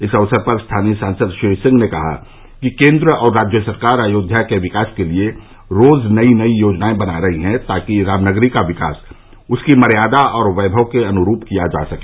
इस अवसर पर स्थानीय सांसद श्री सिंह ने बताया कि केन्द्र और राज्य सरकार अयोध्या के विकास के लिए रोज़ नई नई योजनाएं बना रही हैं ताकि रामनगरी का विकास उसकी मर्यादा और वैभव के अनुरूप किया जा सके